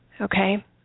okay